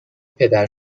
پدر